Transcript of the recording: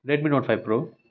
Redmi note five pro